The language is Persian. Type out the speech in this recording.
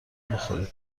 بخورید